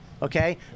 Okay